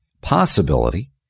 possibility